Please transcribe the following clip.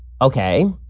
Okay